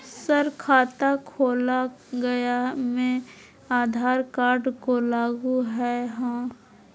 Sir खाता खोला गया मैं आधार कार्ड को लागू है हां?